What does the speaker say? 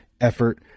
effort